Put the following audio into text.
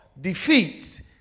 defeats